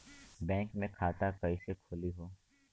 Bank मे खाता कईसे खुली हो?